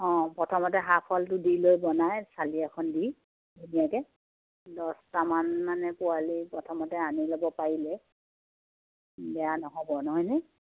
অঁ প্ৰথমতে হাফ ওৱালটো দি লৈ বনাই চালি এখন দি ধুনীয়াকৈ দহটামান মানে পোৱালি প্ৰথমতে আনি ল'ব পাৰিলে বেয়া নহ'ব নহয় নে